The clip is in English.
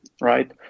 right